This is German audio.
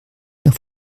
nach